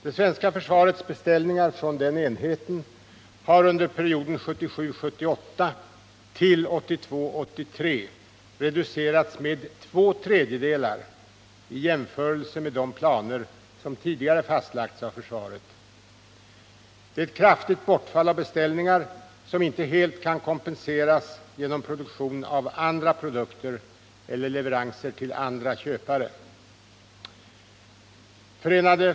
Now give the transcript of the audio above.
Det svenska försvarets beställningar från denna enhet har under perioden 1977 83 reducerats med två tredjedelar i jämförelse med de planer som tidigare fastlagts av försvaret. Detta kraftiga bortfall av beställningar kan inte helt kompenseras genom produktion av andra produkter eller leveranser till andra köpare.